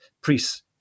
priests